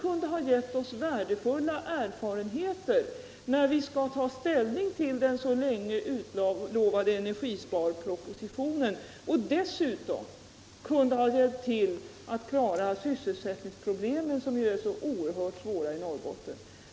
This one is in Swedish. kunde ha gett både värdefulla erfarenheter, bl.a. när riksdagen skall ta ställning till den så länge utlovade energisparpropositionen, och hjälp till att klara sysselsättningsproblemen, som ju är oerhört stora i Norrbotten.